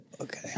okay